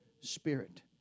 spirit